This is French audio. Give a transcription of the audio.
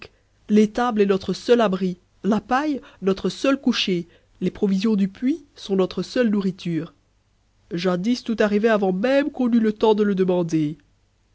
l'étable est notre seul abri la paille notre seul coucher les provisions du puits sont notre seule nourriture jadis tout arrivait avant même qu'on eût le temps de le demander